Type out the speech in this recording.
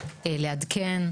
לעדכן,